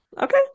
okay